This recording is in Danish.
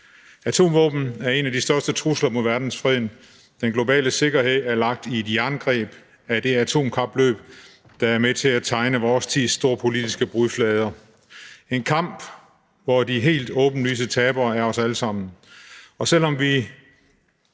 Atomvåben er en af de største trusler mod verdensfreden. Den globale sikkerhed er lagt i et jerngreb af det atomvåbenkapløb, der er med til at tegne vor tids storpolitiske brudflader – en kamp, hvor de helt åbenlyse tabere er os alle sammen. Selv om vi